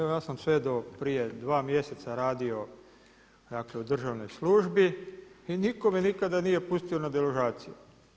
Evo ja sam sve do prije 2 mjeseca radio u državnoj službi i nitko me nikada nije pustio na deložaciju.